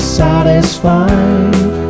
satisfied